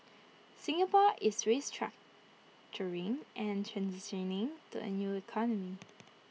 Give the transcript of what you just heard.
Singapore is restructuring and transitioning to A new economy